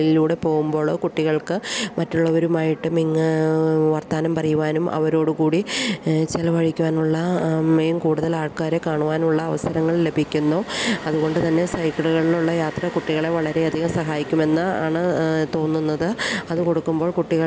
പോവുമ്പോഴോ കുട്ടികൾക്ക് മറ്റുള്ളവരുമായിട്ട് വർത്തമാനം പറയുവാനും അവരോടു കൂടി ചെലവഴിക്കുവാനുള്ള കൂടുതൽ ആൾക്കാരെ കാണുവാനുള്ള അവസരങ്ങൾ ലഭിക്കുന്നു അതുകൊണ്ടുതന്നെ സൈക്കിളുകളിലുള്ള യാത്ര കുട്ടികളെ വളരെയധികം സഹായിക്കുമെന്നാണു തോന്നുന്നത് അതു കൊടുക്കുമ്പോൾ കുട്ടികളുടെ